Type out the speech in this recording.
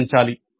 గమనించాలి